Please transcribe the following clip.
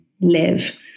live